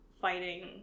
fighting